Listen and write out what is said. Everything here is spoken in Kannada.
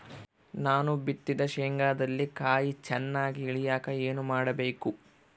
ನಾನು ಬಿತ್ತಿದ ಶೇಂಗಾದಲ್ಲಿ ಕಾಯಿ ಚನ್ನಾಗಿ ಇಳಿಯಕ ಏನು ಮಾಡಬೇಕು?